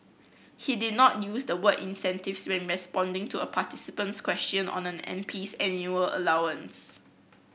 he did not use the word incentives when responding to a participant's question on an MP's annual allowance